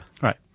Right